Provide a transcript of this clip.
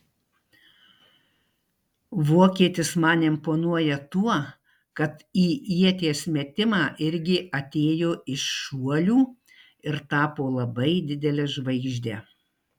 vokietis man imponuoja tuo kad į ieties metimą irgi atėjo iš šuolių ir tapo labai didele žvaigžde